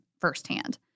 firsthand